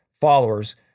followers